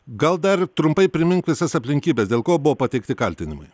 gal dar trumpai primink visas aplinkybes dėl ko buvo pateikti kaltinimai